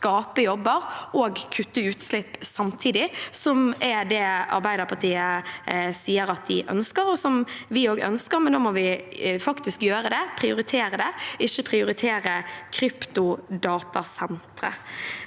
skape jobber og kutte utslipp på samtidig. Det er det Arbeiderpartiet sier at de ønsker, og som vi også ønsker, men da må vi faktisk gjøre det – prioritere det, ikke prioritere kryptodatasentre.